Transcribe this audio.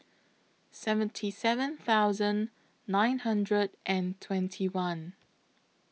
seventy seven thousand nine hundred and twenty one